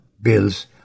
bills